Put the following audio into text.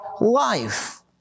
life